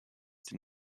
did